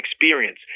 experience